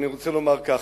אני רוצה לומר כך: